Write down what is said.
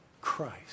Christ